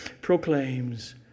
proclaims